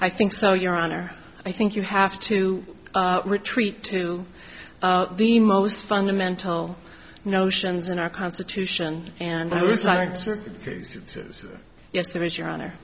i think so your honor i think you have to retreat to the most fundamental notions in our constitution and cases yes there is your honor